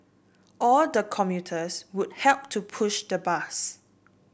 all the commuters would help to push the bus